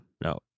no